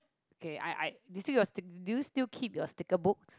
okay I I do you sti~ do you still keep your sticker books